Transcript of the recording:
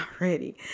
already